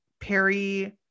Perry